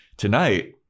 Tonight